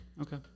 Okay